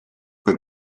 per